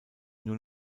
nur